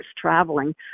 traveling